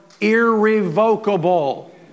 irrevocable